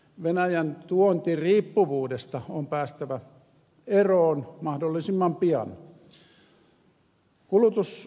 venäjän tuontiriippuvuudesta on päästävä eroon mahdollisimman pian